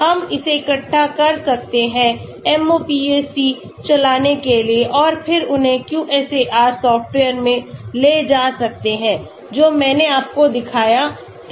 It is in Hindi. हम इसे इकट्ठा कर सकते हैं MOPAC चलाने के लिए और फिर उन्हें QSAR सॉफ़्टवेयर में ले जा सकते हैं जो मैंने आपको दिखाया था